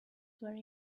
very